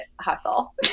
hustle